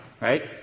right